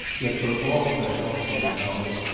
yet, for all her halcyon hours,